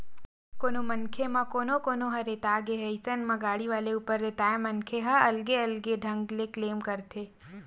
कोनो मनखे म कोनो कोनो ह रेता गे अइसन म गाड़ी वाले ऊपर रेताय मनखे ह अलगे अलगे ढंग ले क्लेम करथे